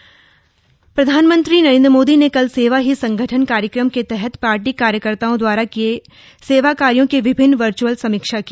virtual rally प्रधानमंत्री नरेंद्र मोदी ने कल सेवा ही संगठन कार्यक्रम के तहत पार्टी कार्यकर्ताओं द्वारा किये सेवा कार्यो की विभिन्न वर्च्अल समीक्षा की